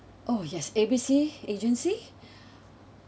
oh yes A B C agency